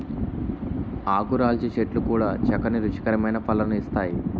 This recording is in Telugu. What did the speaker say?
ఆకురాల్చే చెట్లు కూడా చక్కని రుచికరమైన పళ్ళను ఇస్తాయి